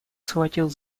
схватил